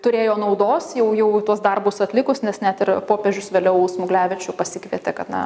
turėjo naudos jau jau tuos darbus atlikus nes net ir popiežius vėliau smuglevičių pasikvietė kad na